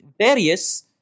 various